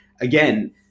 again